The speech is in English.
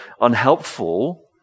unhelpful